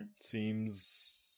Seems